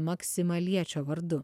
maksimaliečio vardu